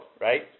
right